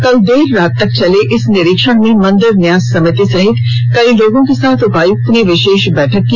कल देर रात तक चले इस निरीक्षण में मंदिर न्यास समिति सहित कई लोगों के साथ उपायुक्त ने विशेष बैठक की